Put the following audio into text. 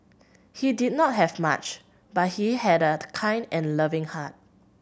he did not have much but he had a kind and loving heart